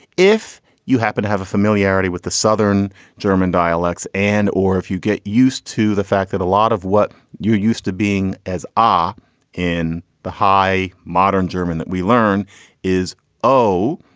if you happen to have a familiarity with the southern german dialects and or if you get used to the fact that a lot of what you're used to being, as are in the high modern german that we learn is oh,